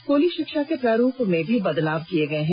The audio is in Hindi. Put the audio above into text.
स्कूली शिक्षा के प्रारूप में भी बदलाव किए गए हैं